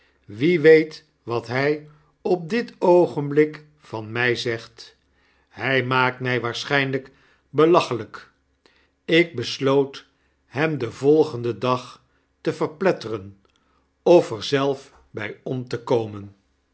wie weet wat hij op dit oogenblik van mij zegt hij maakt mijwaarschynlyk belachelijk f ik besloot hemdenvolgenden dag te verpletteren of er zelf by om te komen